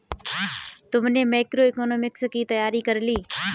तुमने मैक्रोइकॉनॉमिक्स की तैयारी कर ली?